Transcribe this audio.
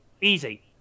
Easy